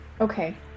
Okay